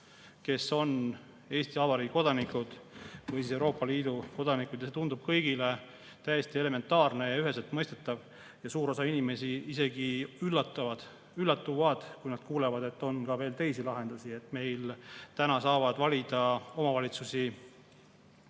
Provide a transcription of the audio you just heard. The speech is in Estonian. kes on Eesti Vabariigi kodanikud või Euroopa Liidu kodanikud. See tundub kõigile täiesti elementaarne ja üheselt mõistetav. Suur osa inimesi isegi üllatub, kui nad kuulevad, et on ka teisi lahendusi, et meil saavad täna valida omavalitsusi